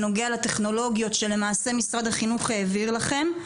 בנוגע לטכנולוגיות שלמעשה משרד החינוך העביר לכם,